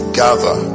gather